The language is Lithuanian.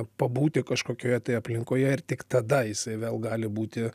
pabūti kažkokioje tai aplinkoje ir tik tada jisai vėl gali būti